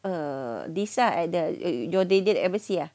err visa at the jordianian embassy ah